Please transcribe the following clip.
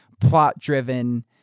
plot-driven